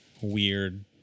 weird